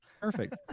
perfect